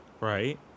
right